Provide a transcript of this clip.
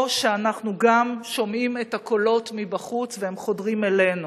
או שאנחנו גם שומעים את הקולות מבחוץ והם חודרים אלינו?